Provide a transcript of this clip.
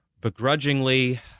begrudgingly